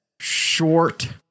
short